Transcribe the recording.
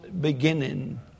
beginning